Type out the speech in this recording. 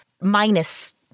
minus